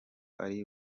ari